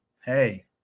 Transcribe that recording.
hey